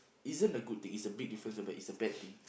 isn't a good thing it's a big difference ah but it's a bad thing